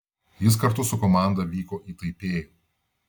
jis kartu su komanda vyko į taipėjų